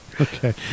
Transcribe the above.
okay